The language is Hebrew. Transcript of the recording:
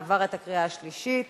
עבר בקריאה שלישית